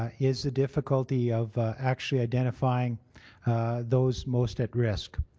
ah is the difficulty of actually identifying those most at risk.